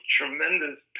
tremendous